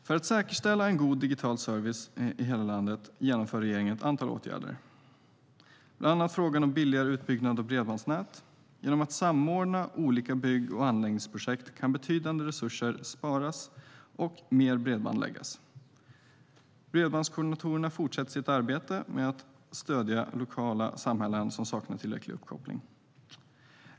För att säkerställa en god digital service i hela landet genomför regeringen ett antal åtgärder, bland annat frågan om billigare utbyggnad av bredbandsnät. Genom att samordna olika bygg och anläggningsprojekt kan betydande resurser sparas och mer bredband läggas. Bredbandskoordinatorerna fortsätter sitt arbete med att stödja lokala samhällen som saknar tillräcklig uppkoppling.